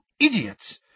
idiots